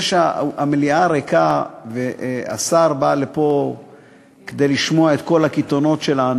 שהמליאה ריקה והשר בא לפה כדי לשמוע את כל הקיתונות שלנו,